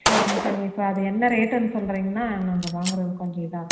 சரிங்க சரிங்க இப்போ அது என்ன ரேட்டுன்னு சொல்கிறீங்கனா நாங்கள் வாங்குகிறதுக்கு கொஞ்சம் இதாக இருக்கும்